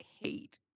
hate